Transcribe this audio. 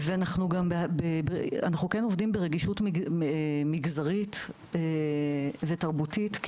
אנחנו כן עובדים ברגישות מגזרית ותרבותית,